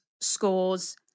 scores